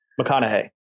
McConaughey